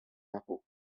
impôts